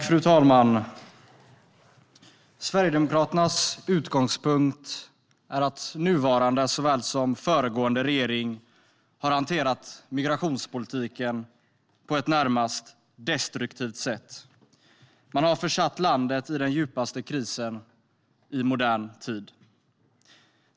Fru talman! Sverigedemokraternas utgångspunkt är att nuvarande såväl som föregående regering har hanterat migrationspolitiken på ett närmast destruktivt sätt. Man har försatt landet i den djupaste krisen i modern tid.